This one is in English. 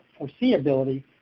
foreseeability